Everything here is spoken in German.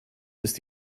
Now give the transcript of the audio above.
ist